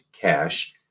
cash